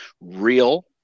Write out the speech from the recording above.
real